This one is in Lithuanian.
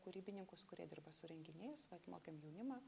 kūrybininkus kurie dirba su renginiais vat mokėm jaunimą